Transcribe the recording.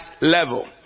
level